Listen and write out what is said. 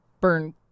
burn